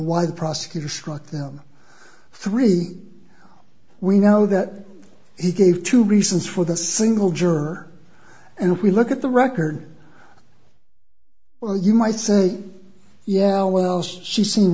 the prosecutor struck them three we know that he gave two reasons for the single juror and if we look at the record well you might say yeah what else she seem